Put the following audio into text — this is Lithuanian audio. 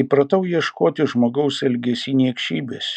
įpratau ieškoti žmogaus elgesy niekšybės